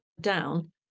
down